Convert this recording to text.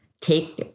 Take